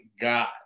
God